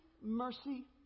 mercy